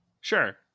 Sure